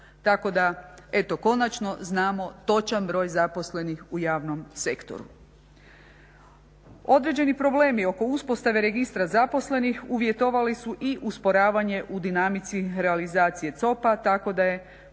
tako da eto konačno znamo točan broj zaposlenih u javnom sektoru. Određeni problemi oko uspostave registra zaposlenih uvjetovali su i usporavanje u dinamici realizacije COP-a tako da je